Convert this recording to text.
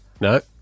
No